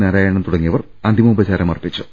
നാരായണൻ തുടങ്ങിയവർ അന്തിമോപ ചാരമർപ്പിച്ചു